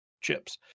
chips